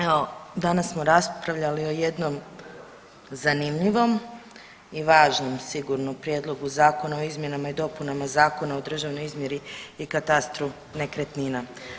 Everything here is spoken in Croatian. Evo danas smo raspravljali o jednom zanimljivom i važnom sigurno Prijedlogu zakona o izmjenama i dopunama Zakona o državnoj izmjeri i katastru nekretnina.